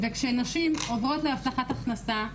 וכשנשים עוברות להבטחת הכנסה,